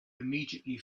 immediately